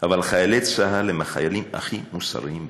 אבל חיילי צה"ל הם החיילים הכי מוסריים בעולם,